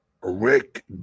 Rick